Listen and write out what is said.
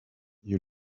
you